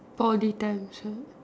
forty times so